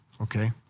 Okay